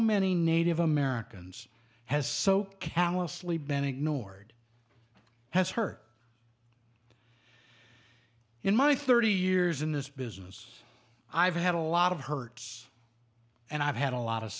many native americans has so callously been ignored has hurt in my thirty years in this business i've had a lot of hurts and i've had a lot of